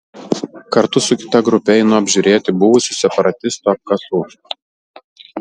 kartu su kita grupe einu apžiūrėti buvusių separatistų apkasų